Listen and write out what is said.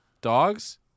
Dogs